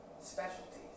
specialties